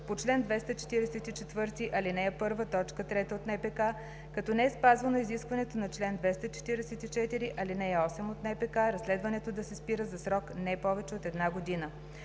по чл. 244, ал. 1, т. 3 от НПК, като не е спазвано изискването на чл. 244, ал. 8 от НПК разследването да се спира за срок не повече от една година.